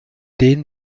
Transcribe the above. den